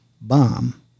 bomb